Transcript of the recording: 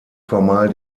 formal